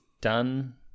done